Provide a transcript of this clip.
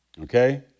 Okay